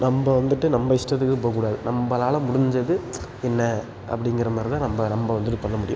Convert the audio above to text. நம்ப வந்துட்டு நம்ப இஷ்டத்துக்கு போகக்கூடாது நம்பளால் முடிஞ்சது என்ன அப்படிங்கிற மாதிரி தான் நம்ப நம்ப வந்துட்டு பண்ண முடியும்